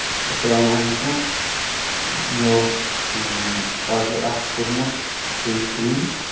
السلام علیکُم مےٚ اوس آرڈر اکھ کورمُت فیس کریم